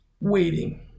waiting